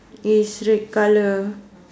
is red colour